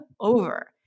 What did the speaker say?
over